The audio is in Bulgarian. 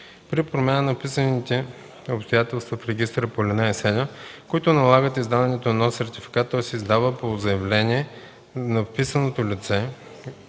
При промяна на вписаните обстоятелства в регистъра по ал. 7, които налагат издаването на нов сертификат, той се издава по заявление на вписаното лице,